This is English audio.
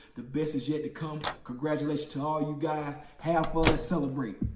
the best is yet to come. congratulations to all you guys have all the celebrate.